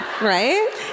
right